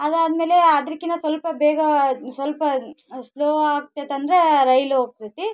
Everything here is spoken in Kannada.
ಅದಾದಮೇಲೆ ಅದ್ರಕ್ಕಿಂತ ಸ್ವಲ್ಪ ಬೇಗ ಸ್ವಲ್ಪ ಸ್ಲೋ ಆಗ್ತೈತಂದ್ರೆ ರೈಲ್ ಹೋಗ್ತದೆ